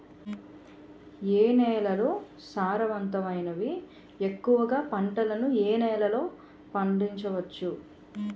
ఏ నేలలు సారవంతమైనవి? ఎక్కువ గా పంటలను ఏ నేలల్లో పండించ వచ్చు?